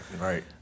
right